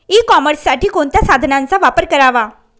E कॉमर्ससाठी कोणत्या साधनांचा वापर करावा?